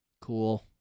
Cool